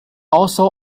also